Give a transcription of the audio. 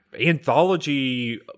anthology